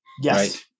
Yes